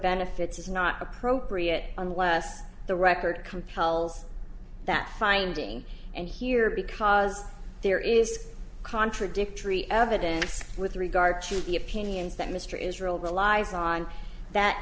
benefits is not appropriate unless the record compels that finding and here because there is contradictory evidence with regard to the opinions that mr israel relies on that